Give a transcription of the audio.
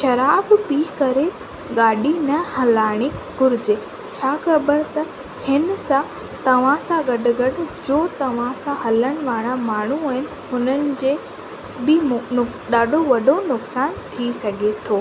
शराब पी करे गाॾी न हलाइण घुरिजे छा ख़बर त हिन सां तव्हांसां गॾु गॾु जो तव्हांसां हलण वारा माण्हू आहिनि हुननि जे बि ॾाढो वॾो नुकसानु थी सघे थो